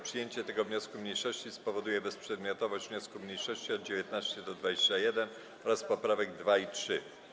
Przyjęcie tego wniosku mniejszości spowoduje bezprzedmiotowość wniosków mniejszości od 19. do 21. oraz poprawek 2. i 3.